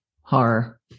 horror